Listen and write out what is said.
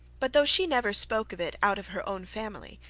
but though she never spoke of it out of her own family,